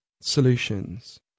solutions